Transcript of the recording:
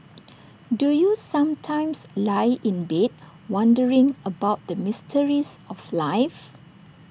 do you sometimes lie in bed wondering about the mysteries of life